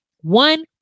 one